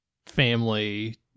family